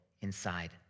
inside